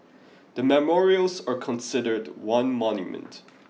the memorials are considered one monument